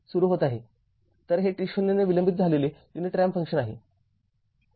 तरहे t0 ने विलंबित झालेले युनिट रॅम्प फंक्शन आहे